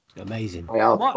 Amazing